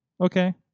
okay